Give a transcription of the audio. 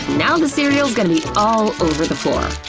now the cereals gonna be all over the floor. ah,